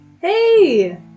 Hey